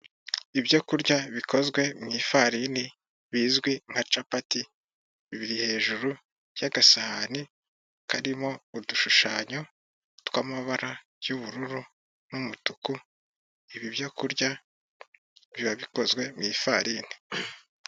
Ibyo kurya bikozwe mu ifarini bizwi nka capati, biri hejuru ya agasahani karimo udushushanyo twa amabara ya ubururu na umutuku. Ibi byo kurya biba bikozwe mu ifarini.